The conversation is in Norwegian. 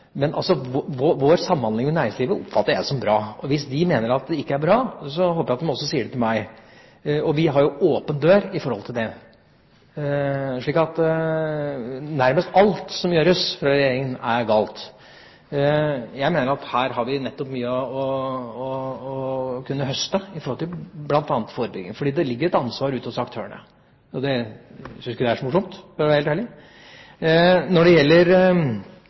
Vår samhandling med næringslivet oppfatter jeg som bra. Hvis de mener at den ikke er bra, håper jeg at de også sier det til meg. Vi har en åpen dør i forhold til det. Nærmest alt som gjøres fra Regjeringens side, er galt. Jeg mener at vi her nettopp har mye å kunne høste bl.a. i forhold til forebygging, for det ligger et ansvar ute hos aktørene. Jeg syns ikke det er så morsomt – for å være helt ærlig. Når det gjelder